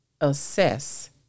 Assess